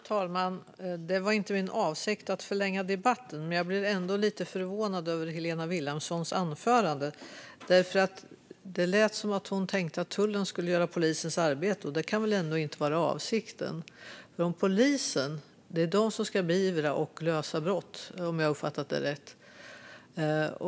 Fru talman! Det är inte min avsikt att förlänga debatten, men jag blev lite förvånad över Helena Vilhelmssons anförande. Det lät nämligen som att hon tänkte att tullen skulle göra polisens arbete, och det kan väl ändå inte vara avsikten. Det är polisen som ska beivra och lösa brott, om jag har uppfattat det rätt.